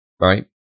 right